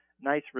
nice